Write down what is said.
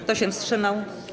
Kto się wstrzymał?